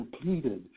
completed